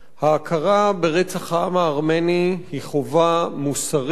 ההכרה ברצח העם הארמני היא חובה מוסרית,